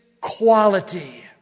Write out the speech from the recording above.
quality